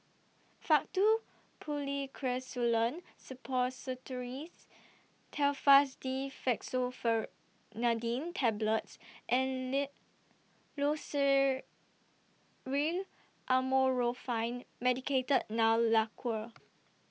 Faktu Policresulen Suppositories Telfast D Fexofenadine Tablets and Loceryl Amorolfine Medicated Nail Lacquer